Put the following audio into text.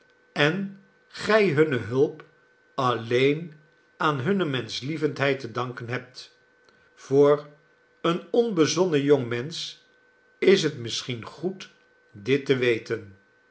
en gij hunne hulp alleen aan hunne menschlievendheid te danken hebt voor een onbezonnen jong mensch is het misschien goed dit te weten